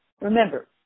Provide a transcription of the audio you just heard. remember